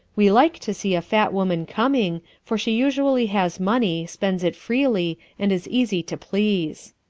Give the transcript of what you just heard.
we like to see a fat woman coming, for she usually has money, spends it freely and is easy to please.